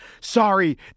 Sorry